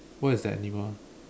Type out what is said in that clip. what is that animal